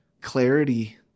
clarity